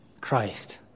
Christ